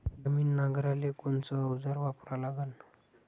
जमीन नांगराले कोनचं अवजार वापरा लागन?